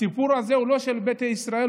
הסיפור הזה הוא לא של ביתא ישראל,